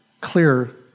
clear